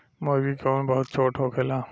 मूर्गी के उम्र बहुत छोट होखेला